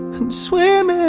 and swim